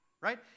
Right